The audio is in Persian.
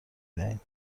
دهیم